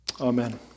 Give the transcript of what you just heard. Amen